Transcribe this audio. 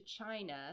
China